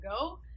go